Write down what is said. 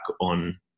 on